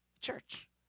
Church